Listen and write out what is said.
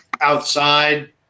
outside